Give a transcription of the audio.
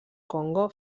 congo